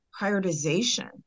prioritization